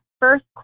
first